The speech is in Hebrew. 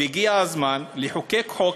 והגיע הזמן לחוקק חוק,